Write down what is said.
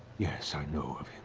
yes, i know of